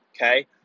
okay